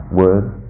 words